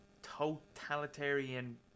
totalitarian